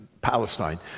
Palestine